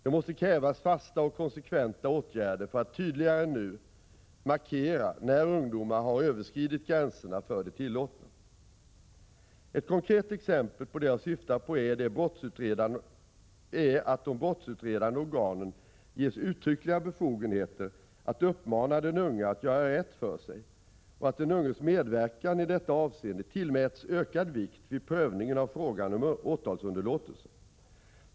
Det måste krävas fasta och konsekventa åtgärder för att tydligare än nu markera när ungdomar har överskridit gränserna för det tillåtna. Ett konkret exempel på det jag syftar på är att de brottsutredande organen ges uttryckliga befogenheter att uppmana den unge att göra rätt för sig och att den unges medverkan i detta avseende tillmäts ökad vikt vid prövningen av frågan om åtalsunderlåtelse.